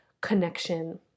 connection